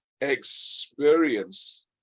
experience